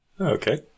Okay